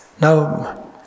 now